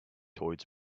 towards